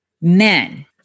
Men